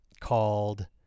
called